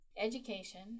Education